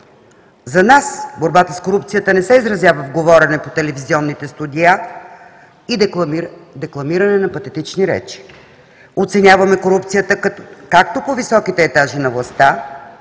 За нас борбата с корупцията не се изразява в говорене по телевизионните студиа и декламиране на патетични речи. Оценяваме корупцията както по високите етажи на властта,